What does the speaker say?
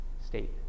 state